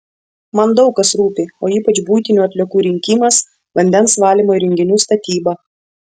man daug kas rūpi o ypač buitinių atliekų rinkimas vandens valymo įrenginių statyba